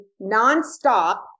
nonstop